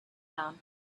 down